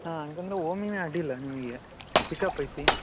ಹಾಂ ಹಾಗಂದ್ರೆ ಓಮ್ನಿಯೇ ಅಡ್ಡಿಯಿಲ್ಲ ನಿಮಗೆ ಪಿಕಪ್ ಐತಿ